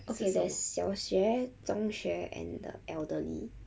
okay there's 小学中学 and the elderly